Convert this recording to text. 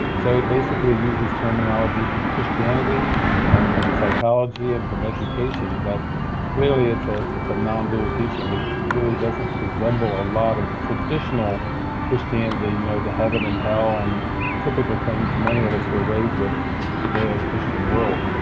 so it basically uses terminology from christianity and from psychology and from education, but clearly it's ah it's a nondual teaching it really doesn't resemble a lot of traditional christianity, you know, the heaven and hell and the typical things many of us were raised with in the judeochristian world.